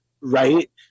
right